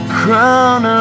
crown